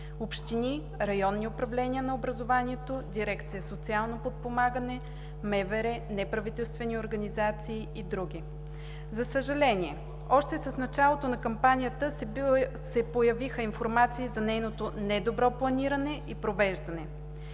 общини, районни управления на образованието, дирекция „Социално подпомагане“, МВР, неправителствени организации и други. За съжаление, още с началото на кампанията се появиха информации за нейното недобро планиране и провеждане.